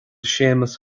séamus